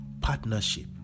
Partnership